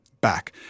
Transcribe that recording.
back